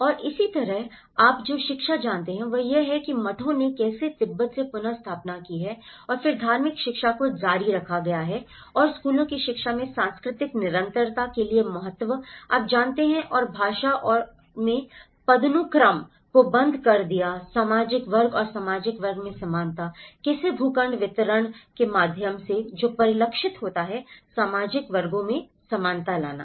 और इसी तरह आप जो शिक्षा जानते हैं वह यह है कि मठों ने कैसे तिब्बत से पुन स्थापना की है और फिर धार्मिक शिक्षा को जारी रखा गया है और स्कूलों की शिक्षा में सांस्कृतिक निरंतरता के लिए महत्व आप जानते हैं और भाषा और में पदानुक्रम को बंद कर दिया सामाजिक वर्ग और सामाजिक वर्ग में समानता कैसे भूखंड वितरण के माध्यम से भी परिलक्षित होता है सामाजिक वर्गों में समानता लाना